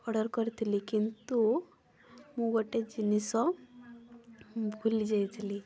order କରିଥିଲି କିନ୍ତୁ ମୁଁ ଗୋଟିଏ ଜିନିଷ ଭୁଲି ଯାଇଥିଲି